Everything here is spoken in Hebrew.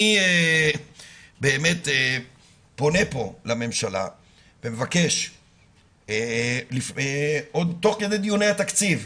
אני פונה פה לממשלה ומבקש תוך כדי דיוני התקציב,